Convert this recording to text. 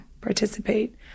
participate